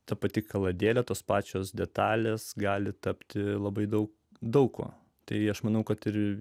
ta pati kaladėlė tos pačios detalės gali tapti labai daug daug ko tai aš manau kad ir